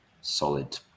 solid